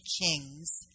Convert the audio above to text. Kings